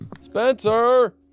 Spencer